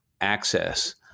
access